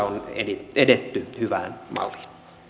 on edetty hyvään malliin